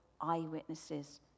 eyewitnesses